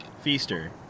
Feaster